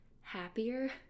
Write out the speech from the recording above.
happier